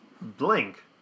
Blink